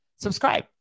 subscribe